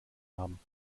haben